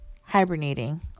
hibernating